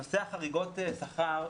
נושא חריגות השכר,